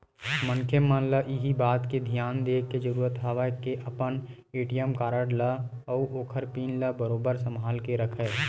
मनखे मन ल इही बात के धियान देय के जरुरत हवय के अपन ए.टी.एम कारड ल अउ ओखर पिन ल बरोबर संभाल के रखय